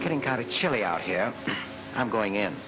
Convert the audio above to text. getting kind of chilly out here i'm going in